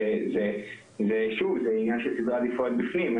זה עניין של סדרי עדיפויות בפנים.